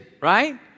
right